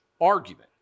argument